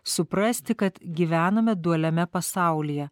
suprasti kad gyvename dualiame pasaulyje